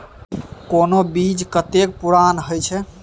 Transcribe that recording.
कोनो बीज कतेक पुरान अछि?